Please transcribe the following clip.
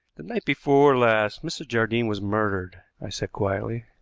the night before last mrs. jardine was murdered, i said quietly.